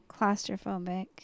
Claustrophobic